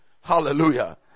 Hallelujah